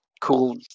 cool